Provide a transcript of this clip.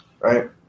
right